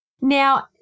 Now